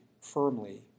firmly